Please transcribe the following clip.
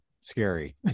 scary